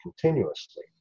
continuously